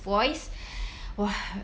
voice !wah!